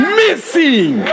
missing